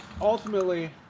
Ultimately